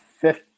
Fifth –